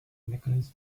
mechanism